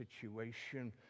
situation